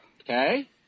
Okay